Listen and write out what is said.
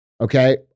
Okay